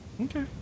Okay